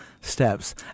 steps